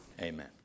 amen